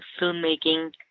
filmmaking